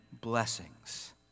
blessings